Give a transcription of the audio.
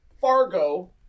Fargo